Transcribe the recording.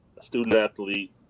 student-athlete